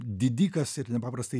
didikas ir nepaprastai